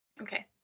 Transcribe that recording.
Okay